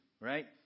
right